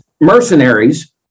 mercenaries